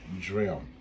drill